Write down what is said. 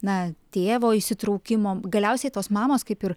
na tėvo įsitraukimo galiausiai tos mamos kaip ir